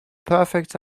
perfect